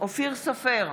אופיר סופר,